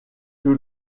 que